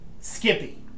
Skippy